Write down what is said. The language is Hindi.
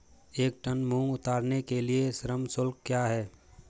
एक टन मूंग उतारने के लिए श्रम शुल्क क्या है?